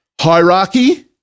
hierarchy